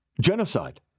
Genocide